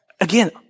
again